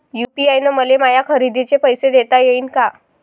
UPI न मले माया खरेदीचे पैसे देता येईन का?